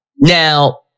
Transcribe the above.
Now